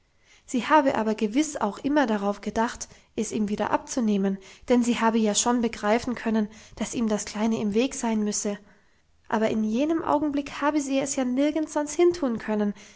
sie habe aber gewiss auch immer darauf gedacht es ihm wieder abzunehmen denn sie habe ja schon begreifen können dass ihm das kleine im weg sein müsse aber in jenem augenblick habe sie es ja nirgends sonst hintun können